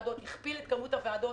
הכפיל וריבע את כמות הוועדות